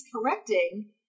correcting